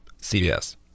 CVS